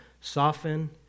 soften